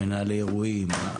מנהלי אירועים,